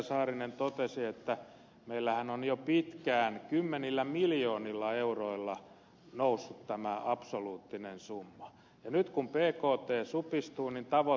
saarinen totesi meillähän on jo pitkään kymmenillä miljoonilla euroilla noussut tämä absoluuttinen summa ja nyt kun bkt supistuu niin tavoite lähenee